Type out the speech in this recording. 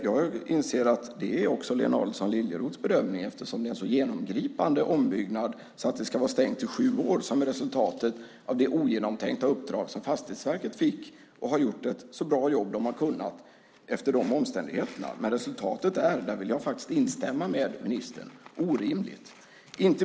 Jag inser att det också är Lena Adelsohn Liljeroths bedömning eftersom det är en så genomgripande ombyggnad att museet ska vara stängt i sju år som är resultatet av det ogenomtänkta uppdrag som Fastighetsverket fick. De har gjort ett så bra jobb de har kunnat under omständigheterna. Men resultatet är orimligt; där vill jag faktiskt instämma med ministern.